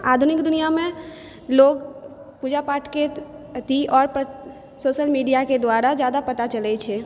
आधुनिक दुनिआमे लोक पूजा पाठ के प्रति आओर सोशल मीडिया के द्वारा जादा पता चलै छै